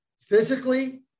physically